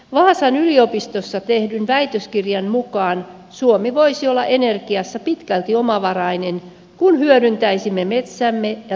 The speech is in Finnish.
vaasan yliopistossa tehdyn väitöskirjan mukaan suomi voisi olla energiassa pitkälti omavarainen kun hyödyntäisimme metsämme ja turpeemme tehokkaasti